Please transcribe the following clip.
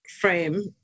frame